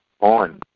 on